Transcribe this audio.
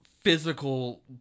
physical